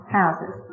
houses